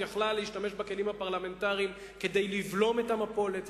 היא יכלה להשתמש בכלים הפרלמנטריים כדי לבלום את המפולת.